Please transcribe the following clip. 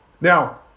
Now